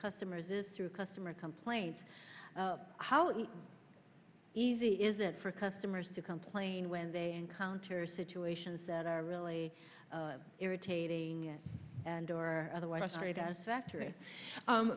customers is through customer complaints how easy is it for customers to complain when they encounter situations that are really irritating and or otherwise